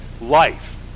life